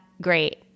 great